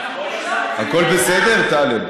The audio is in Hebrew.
הכול בסדר, טלב?